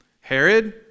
Herod